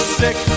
sick